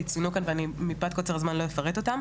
ציינו כאן ואני מפאת קוצר הזמן לא אפרט אותם.